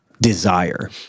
Desire